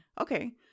okay